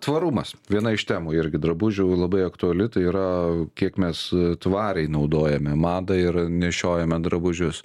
tvarumas viena iš temų irgi drabužių labai aktuali tai yra kiek mes tvariai naudojame madą ir nešiojame drabužius